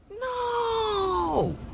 No